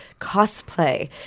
cosplay